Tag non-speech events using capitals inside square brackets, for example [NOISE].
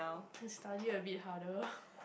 need study a bit harder [LAUGHS]